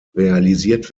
realisiert